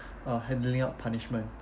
uh handling up punishment